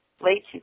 late